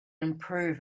improve